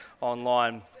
online